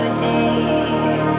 deep